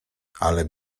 ale